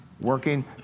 working